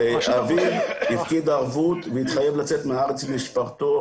האביב הפקיד ערבות והתחייב לצאת מהארץ עם משפחתו,